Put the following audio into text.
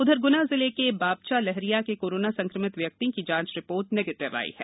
उधर ग्ना जिले के बापचा लहरिया के कोरोना संक्रमित व्यक्ति की जांच रिपोर्ट निगेटिव आई है